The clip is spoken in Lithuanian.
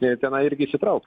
i tenai irgi įsitraukt